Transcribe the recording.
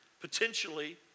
Potentially